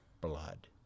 blood